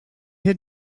had